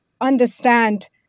understand